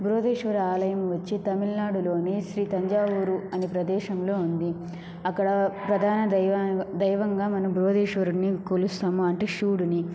బృహదీశ్వర ఆలయము వచ్చి తమిళ నాడులోని శ్రీ తంజావూరు అనే ప్రదేశంలో ఉంది అక్కడ ప్రధాన దైవ దైవంగా మన బృహదీశ్వరుడుని కొలుస్తాము అంటే శివుడుని